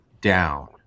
down